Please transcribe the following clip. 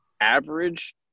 average